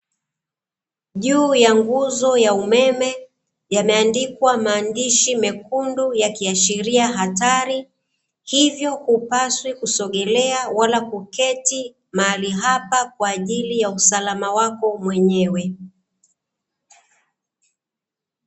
Juu ya nguzo ya umeme, yameandikwa maandishi mekundu, yakiashiria hatari, hivyo hupaswi kusogelea wala kuketi mahali hapa kwa ajili ya usalama wako mwenyewe.